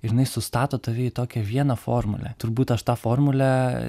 jinai sustato tave į tokią vieną formulę turbūt aš tą formulę